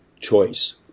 choice